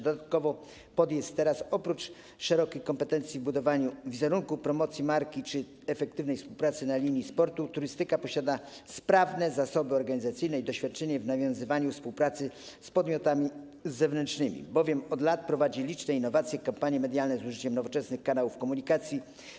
Dodatkowo POT, oprócz szerokich kompetencji w budowaniu wizerunku, promocji marki czy efektywnej współpracy na linii sport-turystyka, posiada sprawne zasoby organizacyjne i doświadczenie w nawiązywaniu współpracy z podmiotami zewnętrznymi, bowiem od lat wprowadza liczne innowacje, prowadzi kampanie medialne z użyciem nowoczesnych kanałów komunikacji.